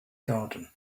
garden